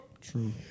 True